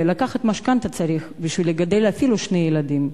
צריך לקחת משכנתה בשביל לגדל אפילו שני ילדים.